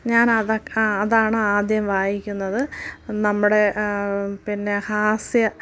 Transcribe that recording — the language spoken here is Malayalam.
ഞാൻ അതൊക്കെ അതാണ് ആദ്യം വായിക്കുന്നത് നമ്മുടെ പിന്നെ ഹാസ്യ